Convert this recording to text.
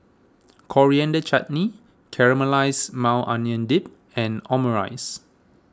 Coriander Chutney Caramelized Maui Onion Dip and Omurice